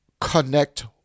connect